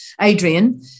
Adrian